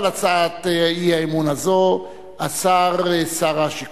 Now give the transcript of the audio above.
בפנינו שלוש הצעות אי-אמון אשר מוגשות עדיין ביום רביעי של השבוע שעבר.